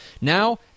Now